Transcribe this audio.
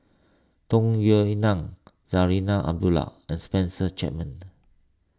Tung Yue Nang Zarinah Abdullah and Spencer Chapman